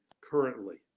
currently